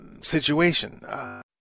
situation